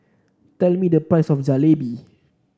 tell me the price of Jalebi